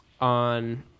on